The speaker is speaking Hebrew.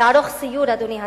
לערוך סיור, אדוני השר,